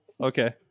Okay